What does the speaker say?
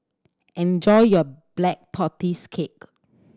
enjoy your Black Tortoise Cake